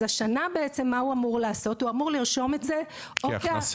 אז השנה הוא אמור לרשום את זה כהכנסה,